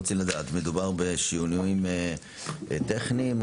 מדובר בשינויים טכניים?